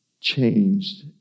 changed